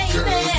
Girl